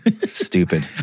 Stupid